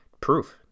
proof